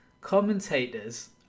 commentators